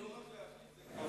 לא רק להחליט,